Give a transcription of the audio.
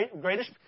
greatest